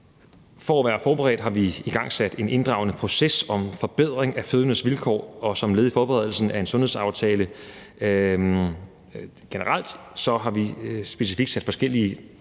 For at være forberedt har vi igangsat en inddragende proces om forbedring af fødendes vilkår, og som led i forberedelsen af en sundhedsaftale generelt har vi specifikt sat forskellige